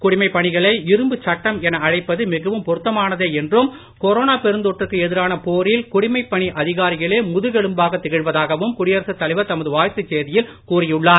குடிமைப் பணிகளை இரும்புச் சட்டம் என அழைப்பது மிகவும் பொருத்தமானதே என்றும் கொரோனா பெருந்தொற்றுக்கு எதிரான போரில் குடிமைப் பணி அதிகாரிகளே முதுகெலும்பாகத் திகழ்வதாகவும் குடியரசுத் தலைவர் தமது வாழ்த்துச் செய்தியில் கூறியுள்ளார்